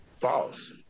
false